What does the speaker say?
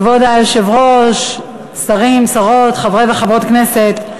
כבוד היושב-ראש, שרים, שרות, חברי וחברות כנסת,